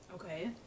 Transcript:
Okay